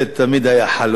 השר יוסי פלד תמיד היה חלוץ.